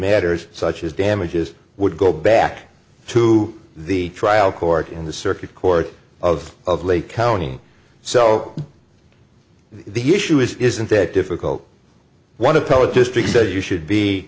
matters such as damages would go back to the trial court in the circuit court of of lake county so the issue isn't that difficult one appellate district says you should be